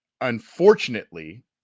unfortunately